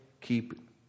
keep